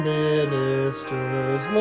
ministers